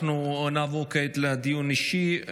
אנחנו נעבור כעת לדיון אישי.